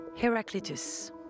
Heraclitus